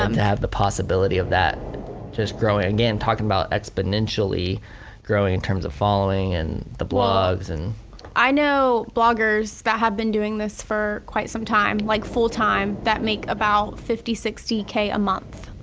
um have the possibility of that just growing, again talking about exponentially growing in terms of following and the blogs well and i know bloggers that have been doing this for quite some time like full time that make about fifty, sixty k a month.